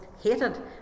hated